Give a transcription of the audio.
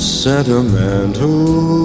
sentimental